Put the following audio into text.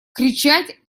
кричать